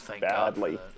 badly